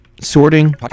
sorting